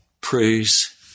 praise